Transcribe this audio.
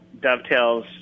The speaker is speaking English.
dovetails